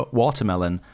watermelon